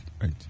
Right